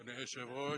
אדוני היושב-ראש,